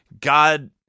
God